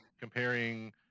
comparing